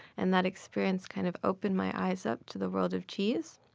and that experience kind of opened my eyes up to the world of cheese.